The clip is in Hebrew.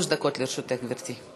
שלוש דקות לרשותך, גברתי.